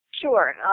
Sure